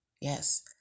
yes